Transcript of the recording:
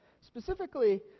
Specifically